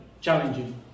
challenging